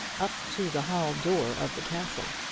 up to the hall door of the castle.